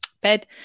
bed